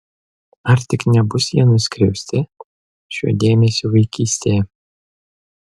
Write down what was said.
ar tik nebus jie nuskriausti šiuo dėmesiu vaikystėje